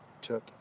took